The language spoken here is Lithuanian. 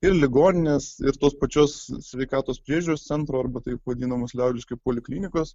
ir ligoninės ir tos pačios sveikatos priežiūros centro arba taip vadinamos liaudiškai poliklinikos